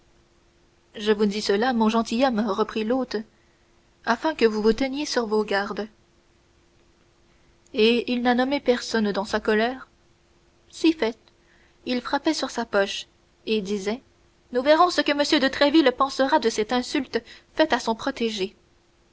je vous dis cela mon gentilhomme reprit l'hôte afin que vous vous teniez sur vos gardes et il n'a nommé personne dans sa colère si fait il frappait sur sa poche et il disait nous verrons ce que m de tréville pensera de cette insulte faite à son protégé